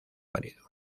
marido